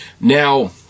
Now